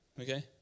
Okay